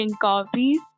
copies